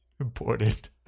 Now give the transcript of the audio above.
important